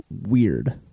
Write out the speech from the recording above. weird